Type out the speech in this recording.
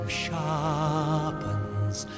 sharpens